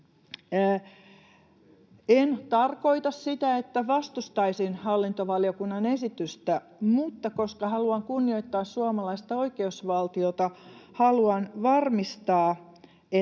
En tarkoita sitä, että vastustaisin hallintovaliokunnan esitystä, mutta koska haluan kunnioittaa suomalaista oikeusvaltiota, haluan varmistaa,